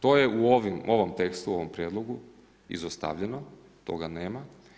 To je u ovom tekstu, u ovom prijedlogu izostavljeno, toga nema.